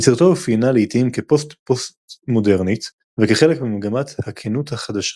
יצירתו אופיינה לעיתים כפוסט-פוסטמודרנית וכחלק ממגמת "הכנות החדשה".